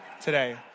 today